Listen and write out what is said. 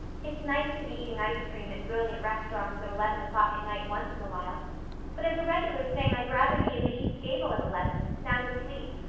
it's nice to be eating ice cream at brilliant restaurants at eleven o'clock at night once in a while but as a regular thing i'd rather be in the east gable at eleven, sound asleep,